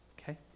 Okay